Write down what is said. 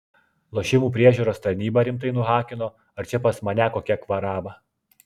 lošimų priežiūros tarnybą rimtai nuhakino ar čia pas mane kokia kvaraba